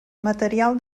material